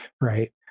right